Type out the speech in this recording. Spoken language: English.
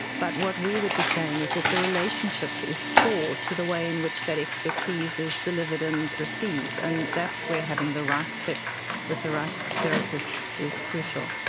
but what we would be saying is that the relationship is core to the way in which that expertise is delivered and received, and that's where having the right fit with the right therapist is crucial.